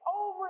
over